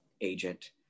agent